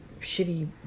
shitty